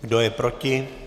Kdo je proti?